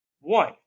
one